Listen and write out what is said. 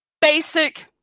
Basic